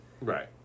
Right